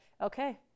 Okay